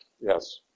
Yes